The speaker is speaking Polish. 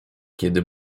kiedy